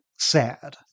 sad